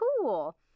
cool